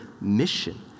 mission